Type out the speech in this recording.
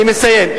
אני מסיים.